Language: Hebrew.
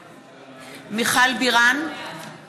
(קוראת בשם חברת הכנסת) מיכל בירן, בעד.